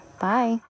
Bye